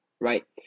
Right